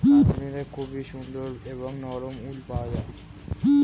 কাশ্মীরে খুবই সুন্দর এবং নরম উল পাওয়া যায়